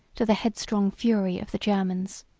to the headstrong fury of the germans.